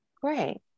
Great